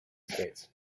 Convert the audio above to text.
states